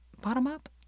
Bottom-up